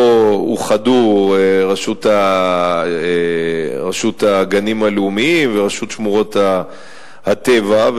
פה אוחדו רשות הגנים הלאומיים ורשות שמורות הטבע,